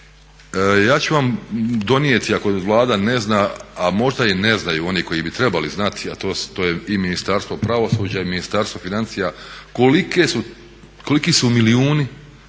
Ja ću vam donijeti, ako Vlada ne zna a možda i ne znaju oni koji bi trebali znati a to je i Ministarstvo pravosuđa i Ministarstvo financija koliki su milijuni